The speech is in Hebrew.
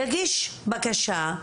יגיש בקשה,